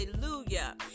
Hallelujah